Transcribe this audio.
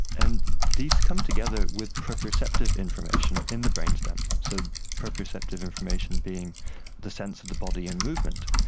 and these come together with proprioceptive information in the brainstem. so proprioceptive information being the sense of the body and movement.